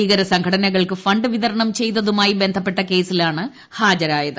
ഭീകര സംഘടനകൾക്ക് ഫണ്ട് വിതരണ്ട് ഉച്യ്തതുമായി ബന്ധപ്പെട്ട കേസിലാണ് ഹാജരായത്